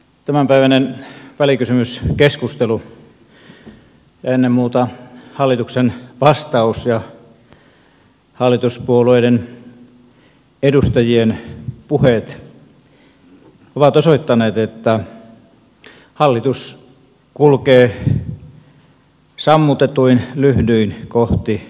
tämänpäiväinen välikysymyskeskustelu ja ennen muuta hallituksen vastaus ja hallituspuolueiden edustajien puheet ovat osoittaneet että hallitus kulkee sammutetuin lyhdyin kohti kuntavaaleja